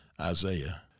Isaiah